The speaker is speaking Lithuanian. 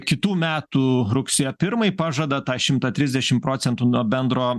kitų metų rugsėjo pirmai pažada tą šimtą trisdešimt procentų nuo bendro